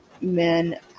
men